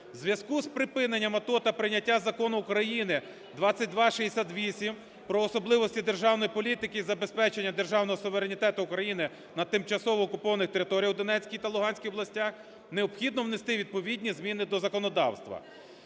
У зв'язку з припиненням АТО та прийняттям Закону України 2268 "Про особливості державної політики із забезпечення державного суверенітету України на тимчасово окупованих територіях у Донецькій та Луганській областях", необхідно внести відповідні зміни до законодавства,